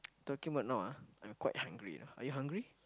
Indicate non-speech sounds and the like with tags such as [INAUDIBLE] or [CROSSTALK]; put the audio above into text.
[NOISE] talking about now ah I'm quite hungry lah are you hungry